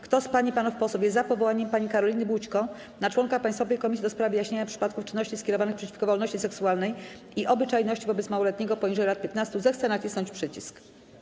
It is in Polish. Kto z pań i panów posłów jest za powołaniem pani Karoliny Bućko na członka Państwowej Komisji do spraw wyjaśniania przypadków czynności skierowanych przeciwko wolności seksualnej i obyczajności wobec małoletniego poniżej lat 15, zechce nacisnąć przycisk.